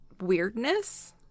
weirdness